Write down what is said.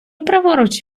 праворуч